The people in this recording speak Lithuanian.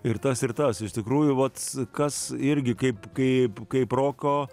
ir tas ir tas iš tikrųjų vat kas irgi kaip kaip kaip roko